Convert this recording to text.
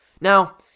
Now